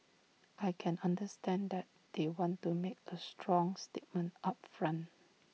I can understand that they want to make A strong statement up front